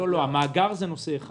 המאגר זה נושא אחד.